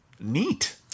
Neat